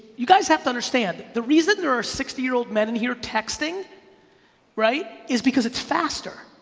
you guys have to understand, the reason there are sixty year old men in here texting right is because it's faster.